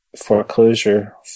foreclosure